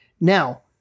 now